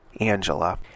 Angela